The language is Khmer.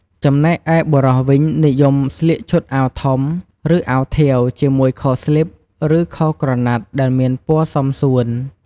ចំណែកឯបុរសវិញ និយមស្លៀកឈុតអាវធំ ឬអាវធាវជាមួយខោស្លីប ឬខោក្រណាត់ ដែលមានពណ៌សមសួន។